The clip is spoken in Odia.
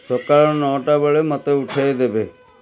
ସକାଳ ନଅଟା ବେଳେ ମୋତେ ଉଠାଇ ଦେବେ